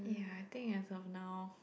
ya I think as from now